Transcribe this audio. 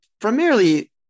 primarily